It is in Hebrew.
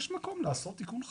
אז יש מקום לעשות תיקון חקיקה.